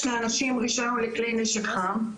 אם יש לאנשים רישיון לכלי נשק חם,